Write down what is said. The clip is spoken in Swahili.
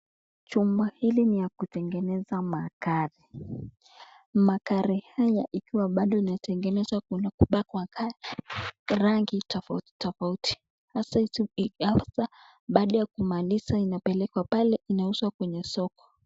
chuma hili ni yakutengeza magari, magari haya ikiwa bado inatengenezwa kuna kupakwa rangi tofauti tofauti baada ya kumalizwa inapelekwa pale inauswa kwenye soko.